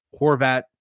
Horvat